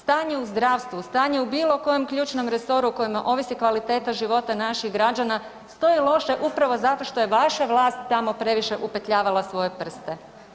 Stanje u zdravstvu, stanje u bilo kojem ključnom resoru o kojem ovisi kvaliteta života naših građana stoje loše upravo zato što je vaša vlast tamo previše upetljavala svoje prste.